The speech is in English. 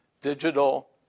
Digital